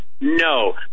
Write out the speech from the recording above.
No